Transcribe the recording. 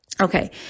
Okay